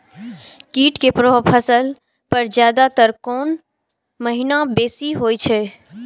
कीट के प्रभाव फसल पर ज्यादा तर कोन महीना बेसी होई छै?